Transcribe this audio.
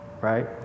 right